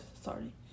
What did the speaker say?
sorry